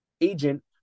agent